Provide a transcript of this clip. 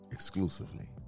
Exclusively